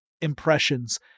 impressions